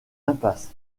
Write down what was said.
impasse